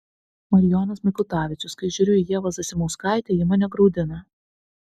marijonas mikutavičius kai žiūriu į ievą zasimauskaitę ji mane graudina